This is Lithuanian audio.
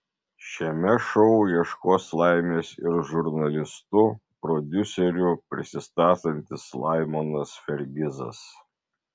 šiame šou ieškos laimės ir žurnalistu prodiuseriu prisistatantis laimonas fergizas